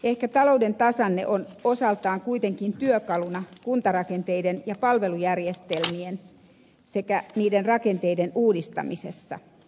ehkä talouden tasanne on osaltaan kuitenkin työkaluna kuntarakenteiden ja palvelujärjestelmien sekä niiden rakenteiden uudistamisessa